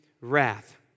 wrath